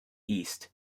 east